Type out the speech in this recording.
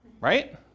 right